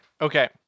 Okay